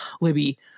Libby